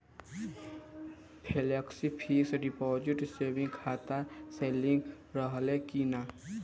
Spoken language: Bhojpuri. फेलेक्सी फिक्स डिपाँजिट सेविंग खाता से लिंक रहले कि ना?